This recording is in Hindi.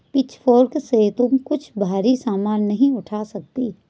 पिचफोर्क से तुम कुछ भारी सामान नहीं उठा सकती